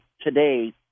today